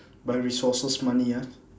by resources money ah